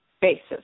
basis